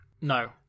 No